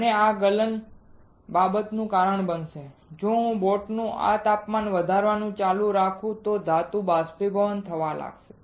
અને આ ગલન બાબતનું કારણ બનશે જો હું બોટનું આ તાપમાન વધારવાનું ચાલુ રાખું તો ધાતુ બાષ્પીભવન થવા લાગશે